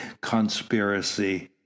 conspiracy